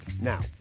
Now